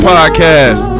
Podcast